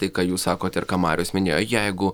tai ką jūs sakot ir ką marius minėjo jeigu